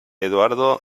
eduardo